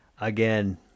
Again